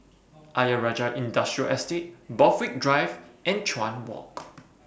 Ayer Rajah Industrial Estate Borthwick Drive and Chuan Walk